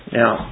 now